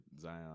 Zion